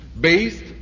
based